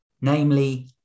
namely